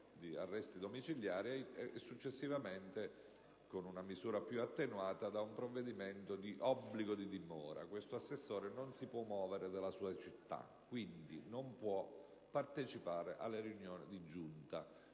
di arresti domiciliari, e successivamente da una misura più attenuata, da un provvedimento di obbligo di dimora. In sostanza egli non può muoversi dalla sua città e, quindi, non può partecipare alle riunioni della Giunta.